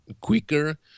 quicker